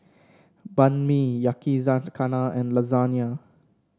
Banh Mi Yakizakana and Lasagne